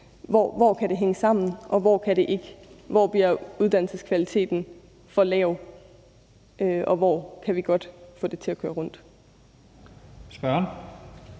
Hvor kan det hænge sammen, og hvor kan det ikke? Hvor bliver uddannelseskvaliteten for lav, og hvor kan vi godt få det til at køre rundt?